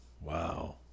Wow